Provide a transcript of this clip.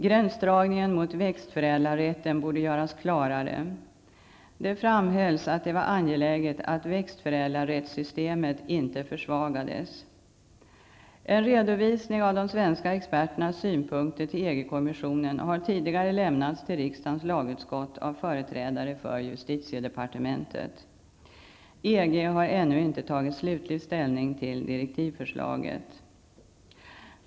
Gränsdragningen mot växtförädlarrätten borde göras klarare. Det framhölls att det var angeläget att växtförädlarrättssystemet inte försvagades. En redovisning av de svenska experternas synpunkter till EG-kommissionen har tidigare lämnats till riksdagens lagutskott av företrädare för justitiedepartementet. EG har ännu inte tagit slutlig ställning till direktivförslaget.